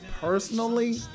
personally